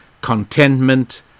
contentment